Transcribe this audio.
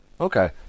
Okay